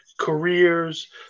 careers